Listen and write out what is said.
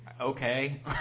okay